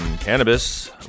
Cannabis